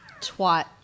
Twat